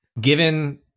Given